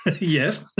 Yes